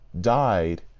died